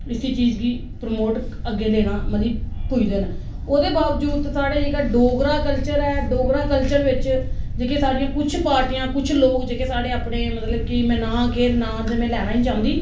इसी चीज गी प्रोमोट अग्गै लेना मतलब कि पूजदे ना ओहदे बाबजूद साढ़ा जेहका डोगरा कल्चर ऐ डोगरा कल्चर बिच जेहकी साढ़ियां कुछ पार्टियां कुछ लोक जेहके साढ़े अपने मतलब कि में नां केह् नां मे लेना ही नेईं चांहदी